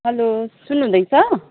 hello सुन्नुहुँदैछ